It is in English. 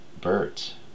Birds